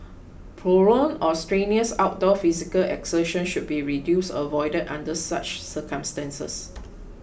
prolonged or strenuous outdoor physical exertion should be reduced or avoided under such circumstances